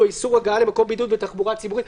או איסור הגעה למקום בידוד בתחבורה ציבורית.